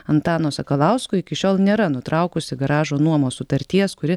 antano sakalausko iki šiol nėra nutraukusi garažo nuomos sutarties kuri